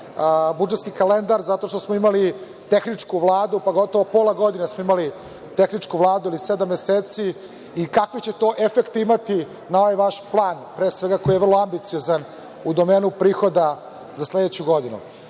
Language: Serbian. budžetski kalendar zato što smo imali tehničku Vladu, pa gotovo pola godine smo imali tehničku Vladu ili sedam meseci, i kakve će to efekte imati na ovaj vaš plan pre svega, koji je vrlo ambiciozan u domenu prihoda za sledeću godinu? Vi